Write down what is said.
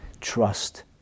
trust